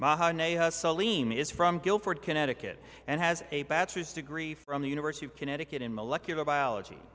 house is from gilford connecticut and has a bachelor's degree from the university of connecticut in molecular biology